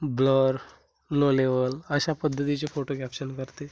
blur low level अशा पद्धतीचे photo caption करते